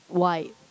white